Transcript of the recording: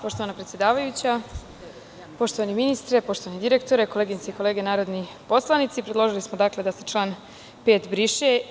Poštovana predsedavajuća, poštovani ministre, poštovani direktore, koleginice i kolege narodni poslanici, predložili smo da se član 5. briše.